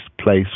place